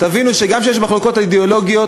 תבינו שגם כאשר יש מחלוקות אידיאולוגיות,